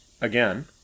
again